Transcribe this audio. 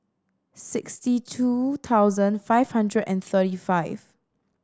sixty two thousand five hundred and thirty five